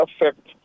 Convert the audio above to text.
affect